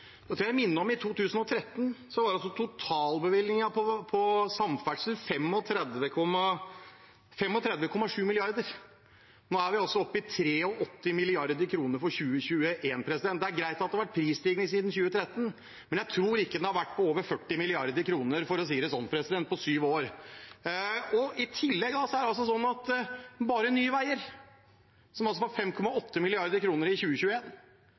Jeg tør minne om at i 2013 var totalbevilgningen til samferdsel 35,7 mrd. kr. Nå er vi altså oppe i 83 mrd. kr for 2021. Det er greit at det har vært prisstigning siden 2013, men jeg tror ikke den har vært på over 40 mrd. kr, for å si det sånn, på sju år. I tillegg er posten bare til Nye Veier på 5,8 mrd. kr i 2021, nesten like mye som alt det den rød-grønne regjeringen klarte å levere i